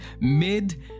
mid